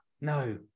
no